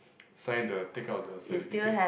sign the take out the certificate